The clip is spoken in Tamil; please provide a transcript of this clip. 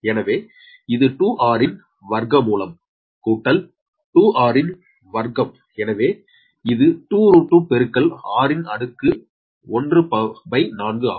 எனவே இது 2r ன் வர்க்கமூலம் கூட்டல் 2r ன் வர்க்கம் எனவே இது 2 √2 பெருக்கல் r ன் அடுக்கு 14 ஆகும்